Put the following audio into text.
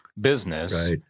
business